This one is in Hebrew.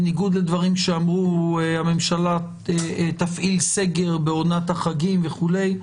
בניגוד לדברים שאמרו שהממשלה תפעיל סגר בעונת החגים וכולי,